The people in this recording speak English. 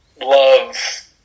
love